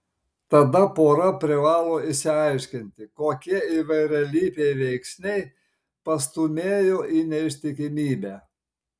tada pora privalo išsiaiškinti kokie įvairialypiai veiksniai pastūmėjo į neištikimybę